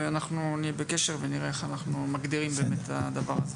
ואנחנו נהיה בקשר ונראה איך אנחנו מגדירים באמת את הדבר הזה.